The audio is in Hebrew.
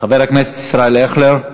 חבר הכנסת ישראל אייכלר.